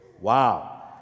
Wow